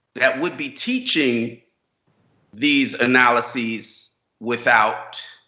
that would be teaching these analyses without